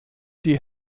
die